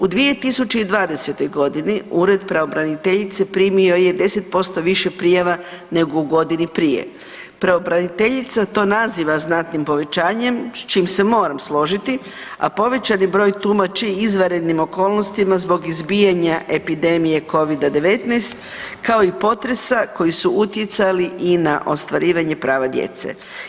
U 2020.g. Ured pravobraniteljice primio je 10% više prijava nego u godini prije, pravobraniteljica to naziva znatnim povećanjem s čim se moram složiti, a povećani broj tumači izvanrednim okolnostima zbog izbijanja epidemije covida-19 kao i potresa koji su utjecali i na ostvarivanje prava djece.